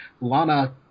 Lana